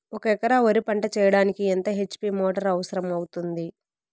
ఒక ఎకరా వరి పంట చెయ్యడానికి ఎంత హెచ్.పి మోటారు అవసరం అవుతుంది?